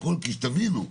כי תבינו,